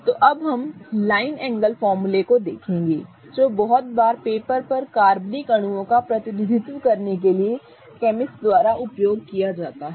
तो अब हम लाइन एंगल फॉर्मूले को देखेंगे जो बहुत बार पेपर पर कार्बनिक अणुओं का प्रतिनिधित्व करने के लिए केमिस्ट द्वारा उपयोग किया जाता है